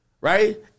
right